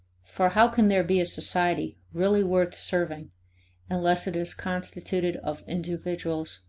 for how can there be a society really worth serving unless it is constituted of individuals